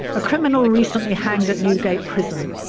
a criminal recently hanged at newgate prison,